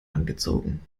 angezogen